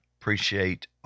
appreciate